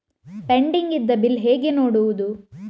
Pending ಇದ್ದ bill ಹೇಗೆ ನೋಡುವುದು?